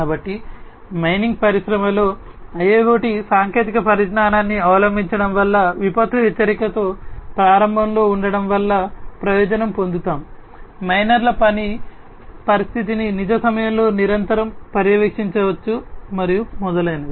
కాబట్టి మైనింగ్ పరిశ్రమలో IIoT సాంకేతిక పరిజ్ఞానాన్ని అవలంబించడం వల్ల విపత్తు హెచ్చరికతో ప్రారంభంలో ఉండటం వల్ల ప్రయోజనం పొందుతాము మైనర్ల పని పరిస్థితిని నిజ సమయంలో నిరంతరం పర్యవేక్షించవచ్చు మరియు మొదలైనవి